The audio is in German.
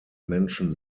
menschen